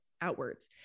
outwards